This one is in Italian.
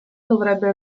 dovrebbe